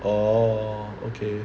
orh okay